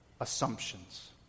assumptions